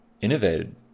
innovated